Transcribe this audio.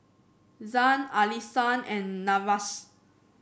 Zhane Allisson and Nevaeh